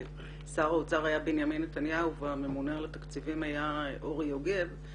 כאשר שר האוצר היה בנימין נתניהו והממונה על התקציבים היה אורי יוגב,